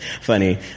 funny